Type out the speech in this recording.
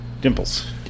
Dimples